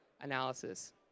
analysis